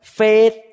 faith